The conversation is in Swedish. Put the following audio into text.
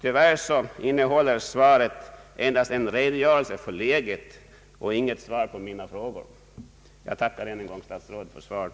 Tyvärr innehåller svaret endast en redogörelse för läget men inte något svar på mina frågor. Jag tackar än en gång statsrådet för svaret.